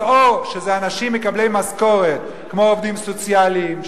אז או שזה אנשים מקבלי משכורת כמו עובדים סוציאליים,